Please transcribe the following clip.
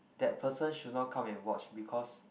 that person should not come and watch because